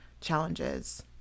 challenges